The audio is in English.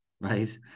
right